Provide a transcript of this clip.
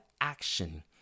action